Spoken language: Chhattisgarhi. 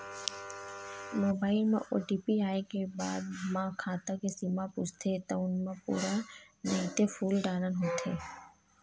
मोबाईल म ओ.टी.पी आए के बाद म खाता के सीमा पूछथे तउन म पूरा नइते फूल डारना होथे